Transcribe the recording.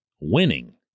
winning